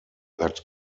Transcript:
that